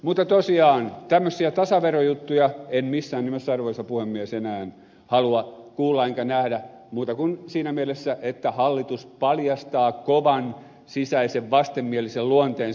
mutta tosiaan tämmöisiä tasaverojuttuja en missään nimessä arvoisa puhemies enää halua kuulla enkä nähdä muuta kuin siinä mielessä että hallitus paljastaa kovan sisäisen vastenmielisen luonteensa